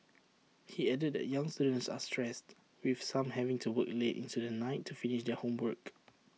he added that young students are stressed with some having to work late into the night to finish their homework